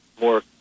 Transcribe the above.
more